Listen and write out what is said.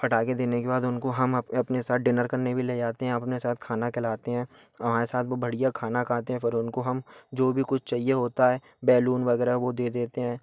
पटाखे देने के बाद उनको हम अपने साथ डिनर करने भी ले जाते हैं अपने साथ खाना खिलाते हैं और हमारे साथ वह बढ़िया खाना खाते हैं फ़िर उनको हम जो भी कुछ चाहिए होता है बैलून वगैरह वह दे देते हैं